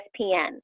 ESPN